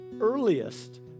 earliest